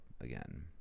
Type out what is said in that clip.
again